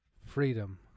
Freedom